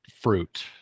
fruit